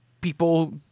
people